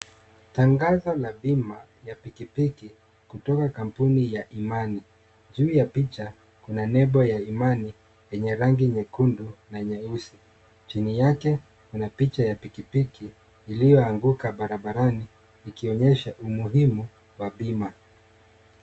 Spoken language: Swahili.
Tangazo la bima ya pikipiki kutoka kampuni ya Imani. Juu ya picha, kuna nembo ya Imani, yenye rangi nyekundu na nyeusi. Chini yake, kuna picha ya pikipiki iliyoanguka barabarani, ikionyesha umuhimu wa bima.